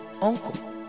uncle